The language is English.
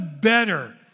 better